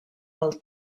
del